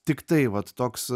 tiktai vat toks